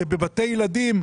שבבתי ילדים,